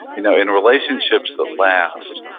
you know in relationships that last,